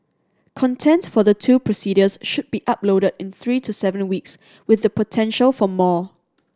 content for the two procedures should be uploaded in three to seven weeks with the potential for more